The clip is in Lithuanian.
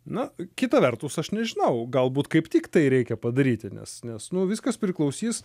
na kita vertus aš nežinau galbūt kaip tik tai reikia padaryti nes nes nu viskas priklausys